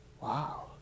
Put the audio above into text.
wow